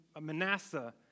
Manasseh